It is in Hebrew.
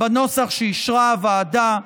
בנוסח שאישרה הוועדה.